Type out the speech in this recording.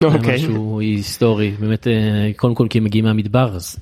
אוקיי שהוא היסטורי באמת קודם כל כי מגיעים המדבר